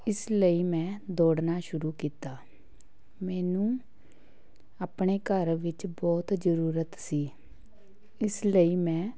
ਇਸ ਲਈ ਮੈਂ ਦੌੜਨਾ ਸ਼ੁਰੂ ਕੀਤਾ ਮੈਨੂੰ ਆਪਣੇ ਘਰ ਵਿੱਚ ਬਹੁਤ ਜ਼ਰੂਰਤ ਸੀ ਇਸ ਲਈ ਮੈਂ